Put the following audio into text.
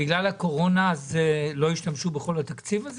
בגלל הקורונה לא השתמשו בכל התקציב הזה?